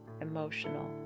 emotional